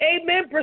amen